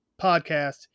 podcast